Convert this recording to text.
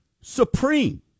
Supreme